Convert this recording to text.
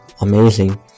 amazing